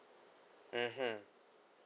mmhmm